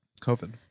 COVID